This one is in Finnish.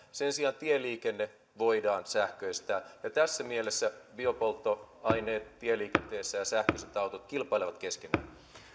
sen sijaan tieliikenne voidaan sähköistää ja tässä mielessä biopolttoaineet tieliikenteessä ja sähköiset autot kilpailevat keskenään